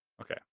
Okay